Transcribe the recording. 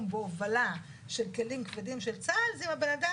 בהובלה של כלים כבדים של צה"ל זה אם הבן אדם,